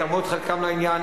תרמו את חלקם לעניין.